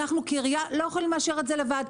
אנחנו כעירייה לא יכולים לאשר את זה לבד.